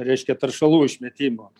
reiškia teršalų išmetimo